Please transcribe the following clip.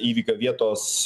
įvykio vietos